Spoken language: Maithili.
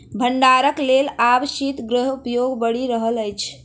भंडारणक लेल आब शीतगृहक उपयोग बढ़ि रहल अछि